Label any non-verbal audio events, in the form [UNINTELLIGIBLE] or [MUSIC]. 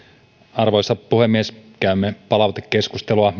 arvoisa puhemies käymme palautekeskustelua [UNINTELLIGIBLE]